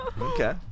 Okay